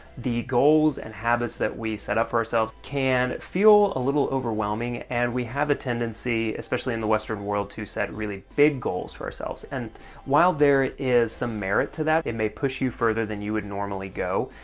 the goals and habits that we set up for ourselves can feel a little overwhelming, and we have a tendency, especially in the western world, to set really big goals for ourselves, and while there is some merit to that, it may push you further than you would normally go,